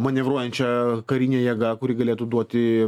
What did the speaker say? manevruojančią karinę jėgą kuri galėtų duoti